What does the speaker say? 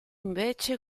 invece